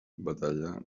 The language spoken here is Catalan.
batalla